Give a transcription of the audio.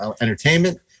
Entertainment